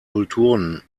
kulturen